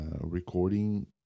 recording